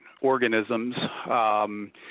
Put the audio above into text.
organisms